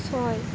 ছয়